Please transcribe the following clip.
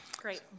Great